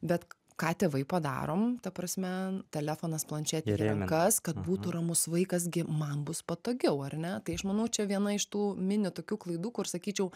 bet ką tėvai padarom ta prasme telefonas planšetė į rankas kad būtų ramus vaikas gi man bus patogiau ar ne tai aš manau čia viena iš tų mini tokių klaidų kur sakyčiau